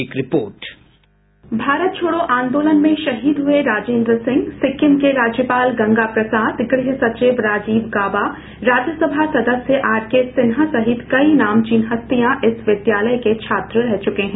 एक report bite Bharat Chhodo Andolan में शहीद हुये राजेंद्र सिंह सिक्किम के राज्यपाल गंगा प्रसाद गृह सचिव राजीव गाबा राज्यसभा सदस्य आर के सिन्हा सहित कई नामचीन हस्तियां इस विद्यालय के छात्र रह चुके हैं